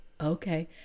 okay